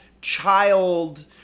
child